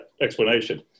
explanation